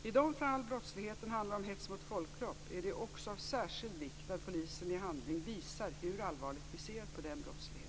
I de fall brottsligheten handlar om hets mot folkgrupp är det också av särskild vikt att polisen i handling visar hur allvarligt vi ser på denna brottslighet.